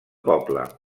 poble